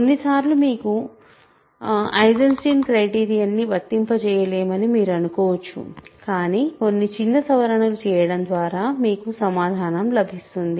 కొన్నిసార్లు మొదట మీకు ఐసెన్స్టీన్ క్రైటీరియన్ని వర్తింపజేయలేమని మీరు అనుకోవచ్చు కాని కొన్ని చిన్న సవరణలు చేయడం ద్వారా మీకు సమాధానం లభిస్తుంది